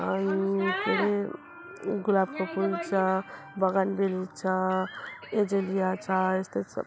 अनि के अरे गुलाबको फुल छ बगानभेली छ एजेलिया छ यस्तै छ